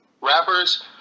rappers